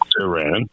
Iran